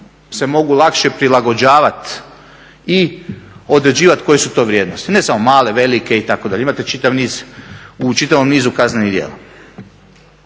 se mogu lakše prilagođavat i određivat koje su to vrijednosti. Ne samo male, velike itd., imate u čitavom nizu kaznenih djela.